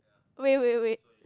wait wait wait